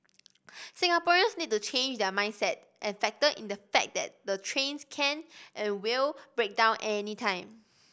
Singaporeans need to change their mindset and factor in the fact that the trains can and will break down anytime